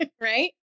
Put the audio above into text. right